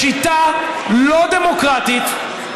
בשיטה לא דמוקרטית,